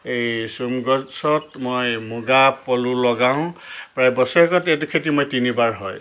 এই চোম গছত মই মূগা পলু লগাওঁ প্ৰায় বছৰেকত এইটো খেতি মই তিনিবাৰ হয়